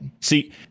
See